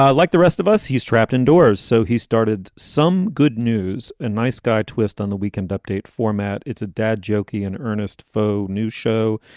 like the rest of us. he's trapped indoors. so he started some good news and nice guy twist on the weekend update format. it's a dead, jokey and earnest faux news show.